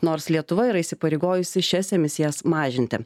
nors lietuva yra įsipareigojusi šias emisijas mažinti